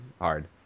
hard